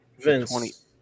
Vince